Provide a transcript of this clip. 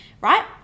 Right